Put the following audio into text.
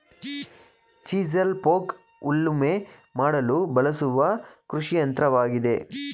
chisel plough ಉಳುಮೆ ಮಾಡಲು ಬಳಸುವ ಕೃಷಿಯಂತ್ರವಾಗಿದೆ